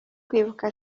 kwibuka